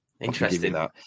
Interesting